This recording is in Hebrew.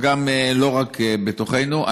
וגם לא רק בתוכנו.